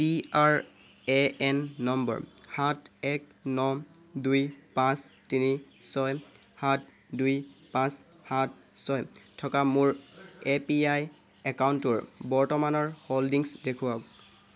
PRAN number সাত এক ন দুই পাঁচ তিনি ছয় সাত দুই পাঁচ সাত ছয় থকা মোৰ এপিৱাই একাউণ্টটোৰ বৰ্তমানৰ হোল্ডিংছ দেখুৱাওক